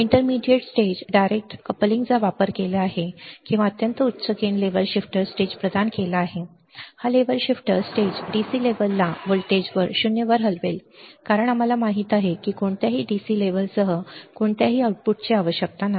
intermediate stage direct कपलिंगचा वापर केला किंवा अत्यंत उच्च गेन लेव्हल शिफ्टर स्टेज प्रदान केला हा लेव्हल शिफ्टर स्टेज DC लेव्हलला व्होल्टेजवर 0 वर हलवेल कारण आम्हाला माहित आहे की कोणत्याही DC लेव्हलसह कोणत्याही आउटपुटची आवश्यकता नाही